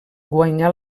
guanyà